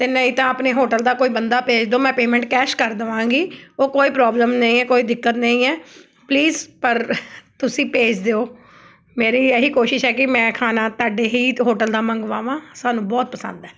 ਅਤੇ ਨਹੀਂ ਤਾਂ ਆਪਣੇ ਹੋਟਲ ਦਾ ਕੋਈ ਬੰਦਾ ਭੇਜ ਦਿਉ ਮੈਂ ਪੇਮੈਂਟ ਕੈਸ਼ ਕਰ ਦੇਵਾਂਗੀ ਉਹ ਕੋਈ ਪ੍ਰੋਬਲਮ ਨਹੀਂ ਹੈ ਕੋਈ ਦਿੱਕਤ ਨਹੀਂ ਹੈ ਪਲੀਜ਼ ਪਰ ਤੁਸੀਂ ਭੇਜ ਦਿਉ ਮੇਰੀ ਇਹੀ ਕੋਸ਼ਿਸ਼ ਹੈ ਕਿ ਮੈਂ ਖਾਣਾ ਤੁਹਾਡੇ ਹੀ ਹੋਟਲ ਦਾ ਮੰਗਵਾਵਾਂ ਸਾਨੂੰ ਬਹੁਤ ਪਸੰਦ ਹੈ